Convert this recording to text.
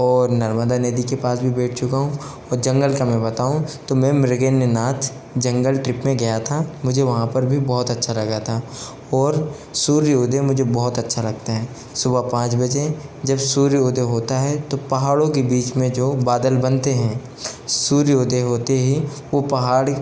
और नर्मदा नदी के पास भी बैठ चुका हूँ और जंगल का मैं बताऊँ तो मैं मृगन्नाथ जंगल ट्रिप में गया था मुझे वहाँ पर भी बहुत अच्छा लगा था और सूर्य उदय मुझे बहुत अच्छा लगता है सुबह पाँच बजे जब सूर्य उदय होता है तो पहाड़ों के बीच में जो बादल बनते हैं सूर्य उदय होते ही वह पहाड़